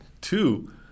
two